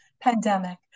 pandemic